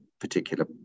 particular